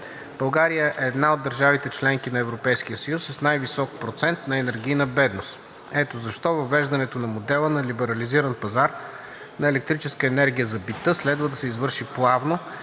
България е една от държавите – членки на Европейския съюз, с най-висок процент на енергийна бедност. Ето защо въвеждането на модела на либерализиран пазар на електрическа енергия за бита следва да се извършва плавно